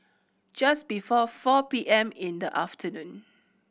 just before four P M in the afternoon